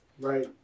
Right